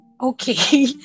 okay